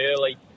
early